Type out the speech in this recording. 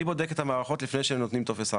מי בודק את המערכות לפני שנותנים טופס 4?